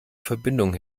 verbindung